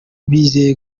bizeye